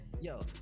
Yo